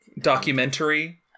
documentary